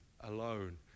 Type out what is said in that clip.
alone